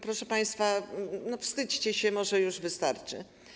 Proszę państwa, wstydźcie się, może już wystarczy.